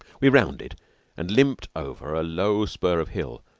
we rounded and limped over a low spur of hill,